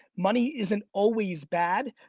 money isn't always bad,